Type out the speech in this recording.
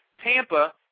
Tampa